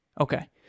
Okay